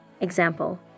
Example